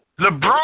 LeBron